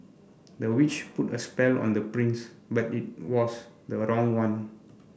the witch put a spell on the prince but it was the wrong one